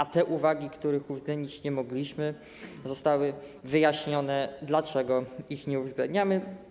W przypadku uwag, których uwzględnić nie mogliśmy, zostało wyjaśnione, dlaczego ich nie uwzględniamy.